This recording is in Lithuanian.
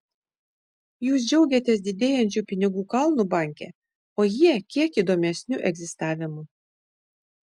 jūs džiaugiatės didėjančiu pinigų kalnu banke o jie kiek įdomesniu egzistavimu